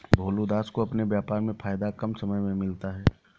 भोलू दास को अपने व्यापार में फायदा कम समय में मिलता है